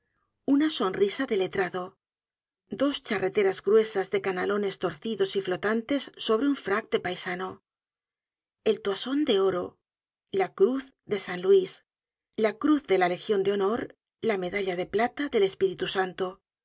una sonrisa de letrado dos charreteras gruesas de canalones torcidos y flotantes sobre un frac de paisano el toison de oro la cruz de san luis la cruz de la legion de honor la medalla de plata del espíritu santo